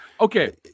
Okay